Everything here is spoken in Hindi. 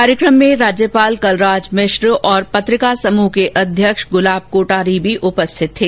कार्यक्रम में राज्यपाल कलराज मिश्र और पत्रिका समूह के अध्यक्ष गुलाब कोठारी भी उपस्थित थे